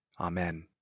Amen